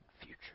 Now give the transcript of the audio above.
future